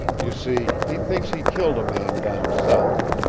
you see, he thinks he killed a man down south.